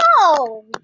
No